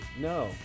No